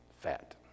fat